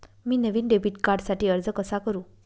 मी नवीन डेबिट कार्डसाठी अर्ज कसा करु?